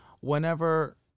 Whenever